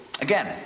again